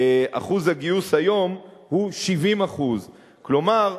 אחוז הגיוס היום הוא 70%. כלומר,